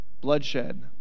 bloodshed